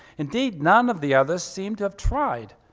indeed none of the others seem to have tried.